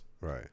Right